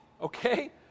Okay